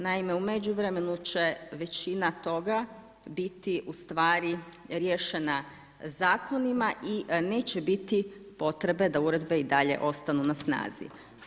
Naime, u međuvremenu će većina toga biti ustvari riješena zakonima i neće biti potrebe da uredbe i dalje ostanu na snazi.